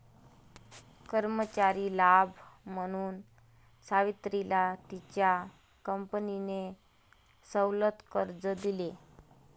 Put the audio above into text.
कर्मचारी लाभ म्हणून सावित्रीला तिच्या कंपनीने सवलत कर्ज दिले